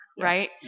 right